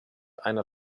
einer